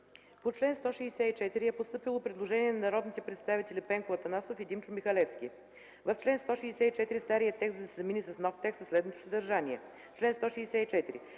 По чл. 164 е постъпило предложение от народните представители Пенко Атанасов и Димчо Михалевски – в чл. 164 старият текст да се замени с нов текст със следното съдържание: „Чл. 164.